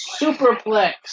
superplex